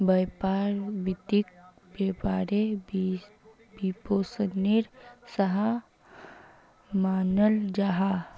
व्यापार वित्तोक व्यापारेर वित्त्पोशानेर सा मानाल जाहा